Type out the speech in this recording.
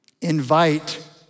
Invite